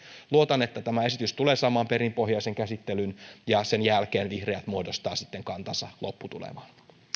luotan että tämä esitys tulee saamaan perinpohjaisen käsittelyn ja sen jälkeen vihreät muodostavat sitten kantansa lopputulemaan